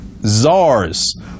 czars